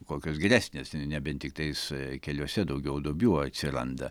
kokios geresnės nebent tiktais keliuose daugiau duobių atsiranda